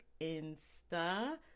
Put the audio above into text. Insta